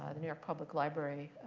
ah the new york public library,